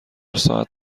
ساعت